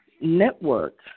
network